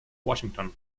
washington